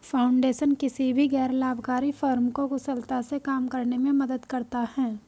foundation किसी भी गैर लाभकारी फर्म को कुशलता से काम करने में मदद करता हैं